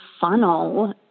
funnel